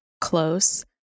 close